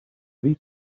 these